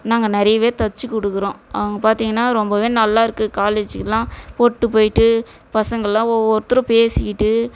நாங்கள் நிறையவே தச்சு கொடுக்குறோம் அவங்க பார்த்தீங்கன்னா ரொம்பவே நல்லா இருக்கு காலேஜிக்கு எல்லாம் போட்டு போயிவிட்டு பசங்களாம் ஒவ்வொருத்தரும் பேசிக்கிட்டு